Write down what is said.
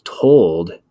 told